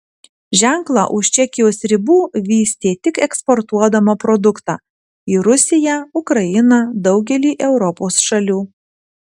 ženklą už čekijos ribų vystė tik eksportuodama produktą į rusiją ukrainą daugelį europos šalių